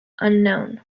unknown